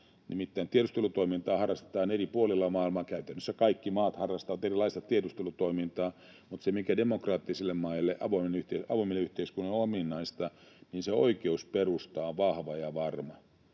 Nimittäin tiedustelutoimintaa harrastetaan eri puolilla maailmaa — käytännössä kaikki maat harrastavat erilaista tiedustelutoimintaa — mutta se, mikä demokraattisille maille, avoimille yhteiskunnille, on ominaista: oikeusperusta on vahva ja varma.